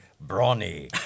Brawny